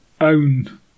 own